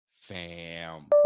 Fam